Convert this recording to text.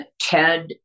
Ted